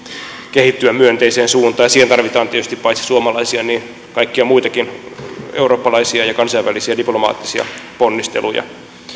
kehittyä myönteiseen suuntaan ja siihen tarvitaan tietysti paitsi suomalaisia myös kaikkia muitakin eurooppalaisia ja kansainvälisiä diplomaattisia ponnisteluja